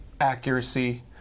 accuracy